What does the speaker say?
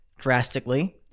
drastically